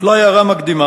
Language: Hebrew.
אולי הערה מקדימה.